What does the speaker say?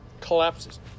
collapses